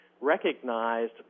recognized